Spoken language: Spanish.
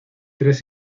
tres